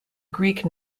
greek